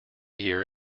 year